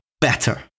better